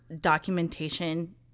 documentation